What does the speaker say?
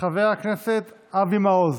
חבר הכנסת אבי מעוז,